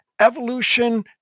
evolution